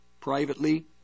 privately